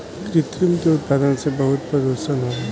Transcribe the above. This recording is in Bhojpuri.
कृत्रिम के उत्पादन से बहुत प्रदुषण होला